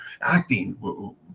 acting